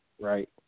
right